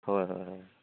হয় হয় হয়